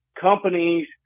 companies